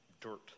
dirt